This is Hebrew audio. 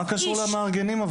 מה קשורים המארגנים?